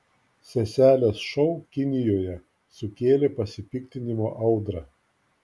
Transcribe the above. seselės šou kinijoje sukėlė pasipiktinimo audrą